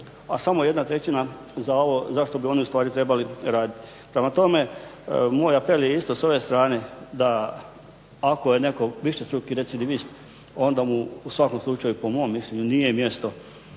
a samo 1/3 za ovo za što bi oni u stvari trebali raditi. Prema tome, moj apel je isto s ove strane da ako je netko višestruki recidivist onda mu u svakom slučaju po mom mišljenju nije mjesto